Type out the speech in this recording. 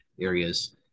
areas